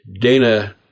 Dana